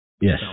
Yes